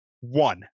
one